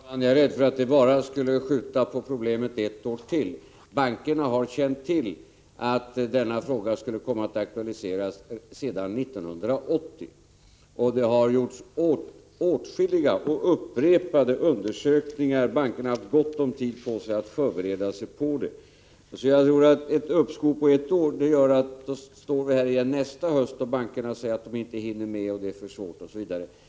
» Herr talman! Jag är rädd för att detta bara skulle skjuta upp lösningen av problemet ett år till. Bankerna har sedan 1980 känt till att denna fråga skulle komma att aktualiseras, och det har gjorts åtskilliga och upprepade undersökningar på området. Bankerna har haft god tid för att förbereda sig. Jag tror alltså att ett uppskov på ett år bara kommer att leda till att bankerna nästa höst kommer att säga att de inte hinner med, att det är för stora svårigheter osv.